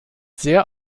sehr